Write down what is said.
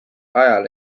ajal